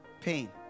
Pain